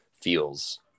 feels